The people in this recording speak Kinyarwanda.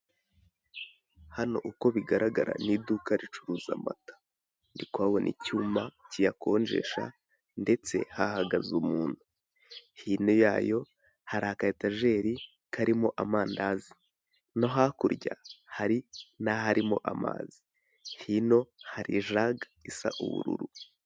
Hano uko bigaragara ni iduka ricuruza amata, ndikuhabona icyuma kiyakonjesha ndetse hahagaze umuntu, hino yayo hari aka etajeri karimo amandazi no hakurya hari n'aharimo amazi, hino hari ijaga isa ubururu.